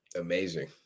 amazing